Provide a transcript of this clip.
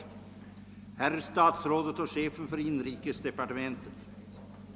Jag ber att få tacka statsrådet för svaret.